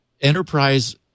enterprise